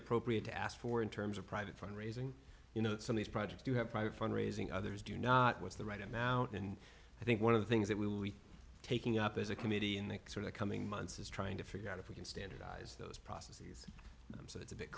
appropriate to ask for in terms of private fund raising you know some these projects do have private fund raising others do not with the right amount and i think one of the things that we will be taking up as a committee in the sort of coming months is trying to figure out if we can standardize those processes so it's a bit